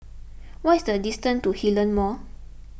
what is the distance to Hillion Mall